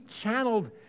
channeled